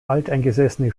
alteingesessene